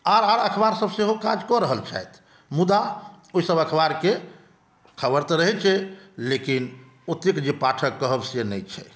आर आर अखबार सभ सेहो काज कए रहल छथि मुदा ओहि सभ अखबारकेँ खबर तऽ रहै छै लेकिन ओतेक जे पाठक कहब से नहि छै